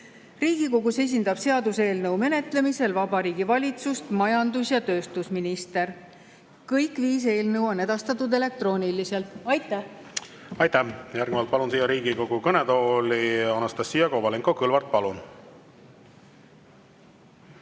Riigikogus esindab selle seaduseelnõu menetlemisel Vabariigi Valitsust majandus‑ ja tööstusminister. Kõik viis eelnõu on edastatud elektrooniliselt. Aitäh! Aitäh! Järgnevalt palun siia Riigikogu kõnetooli Anastassia Kovalenko-Kõlvarti. Palun!